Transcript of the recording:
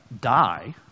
die